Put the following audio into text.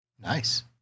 Nice